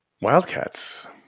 wildcats